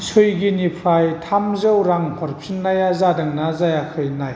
सुइगिनिफ्राय थामजौ रां हरफिन्नाया जादोंना जायाखै नाय